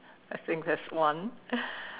I think that's one